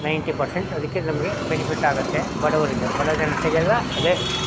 ninety percent ಅದಕ್ಕೆ ನಮಗೆ benefit ಆಗುತ್ತೆ ಬಡವರಿಗೆ ಬಡ ಜನತೆಗೆಲ್ಲ ಅದೇ